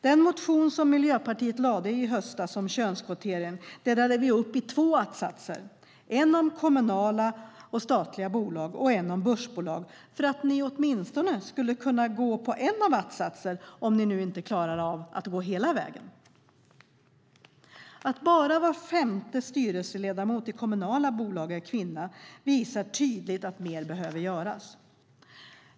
Den motion som Miljöpartiet väckte i höstas om könskvotering delade vi upp i två att-satser, en om kommunala och statliga bolag och en om börsbolag, för att ni åtminstone skulle kunna ansluta er till en av att-satserna om ni inte klarar av att gå hela vägen. Att bara var femte styrelseledamot i kommunala bolag är kvinna visar tydligt att mer behöver göras.